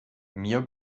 mir